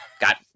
got